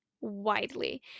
widely